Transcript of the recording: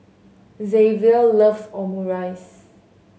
Xzavier loves Omurice